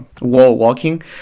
wall-walking